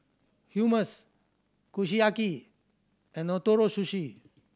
Hummus Kushiyaki and Ootoro Sushi